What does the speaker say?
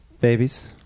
babies